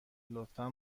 لطفا